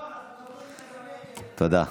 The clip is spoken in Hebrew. תודה.